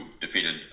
defeated